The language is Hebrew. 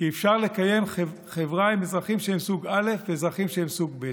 שאפשר לקיים חברה עם אזרחים שהם סוג א' ואזרחים שהם סוג ב'.